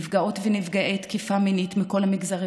נפגעות ונפגעי תקיפה מינית מכל המגזרים